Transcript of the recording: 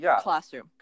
classroom